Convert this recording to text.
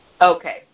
Okay